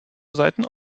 seiten